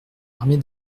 armée